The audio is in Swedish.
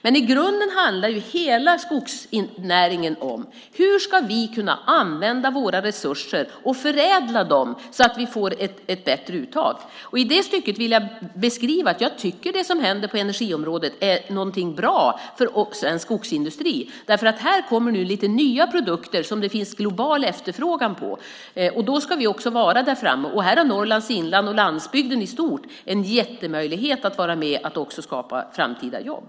Men i grunden handlar hela skogsnäringen om hur vi ska kunna använda våra resurser och förädla dem så att vi får ett bättre uttag. I det stycket tycker jag att det som händer på energiområdet är någonting bra för svensk skogsindustri eftersom det nu kommer lite nya produkter som det finns global efterfrågan på. Då ska vi också hålla oss framme. Här har Norrlands inland och landsbygden i stort en jättemöjlighet att vara med och skapa framtida jobb.